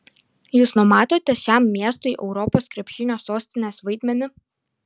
jūs numatote šiam miestui europos krepšinio sostinės vaidmenį